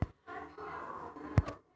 withdrawal form का होथेय